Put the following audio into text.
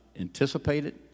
anticipated